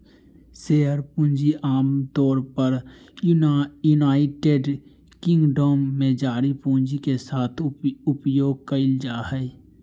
share पूंजी आमतौर पर यूनाइटेड किंगडम में जारी पूंजी के साथ उपयोग कइल जाय हइ